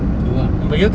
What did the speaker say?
tu ah